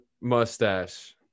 mustache